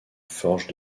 forges